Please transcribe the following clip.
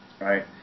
right